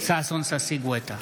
ששון ששי גואטה,